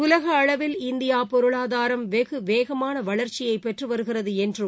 உலக அளவில் இந்தியா பொருளாதாரம் வெகு வேகமான வளர்ச்சியை பெற்று வருகிறது என்றும்